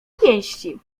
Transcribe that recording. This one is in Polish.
pięści